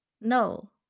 No